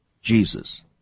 Jesus